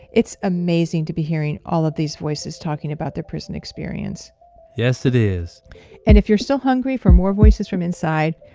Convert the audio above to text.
it's amazing to be hearing all of these voices talking about their prison experience yes, it is and if you're still hungry for more voices from inside,